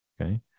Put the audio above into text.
okay